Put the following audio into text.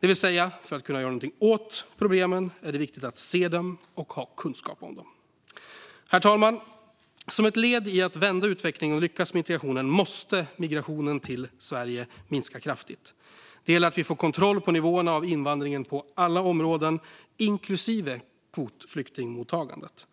För att kunna göra något åt problemen är det alltså viktigt att se dem och ha kunskap om dem. Herr talman! Som ett led i att vända utvecklingen och lyckas med integrationen måste migrationen till Sverige minska kraftigt. Det gäller att vi får kontroll på invandringens nivåer på alla områden, inklusive kvotflyktingmottagandet.